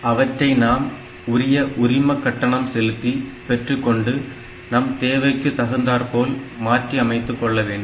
அவற்றை நாம் உரிய உரிமகட்டணம் செலுத்தி பெற்றுக்கொண்டு நம் தேவைக்கு தகுந்தாற்போல் மாற்றி அமைத்துக்கொள்ளவேண்டும்